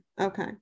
okay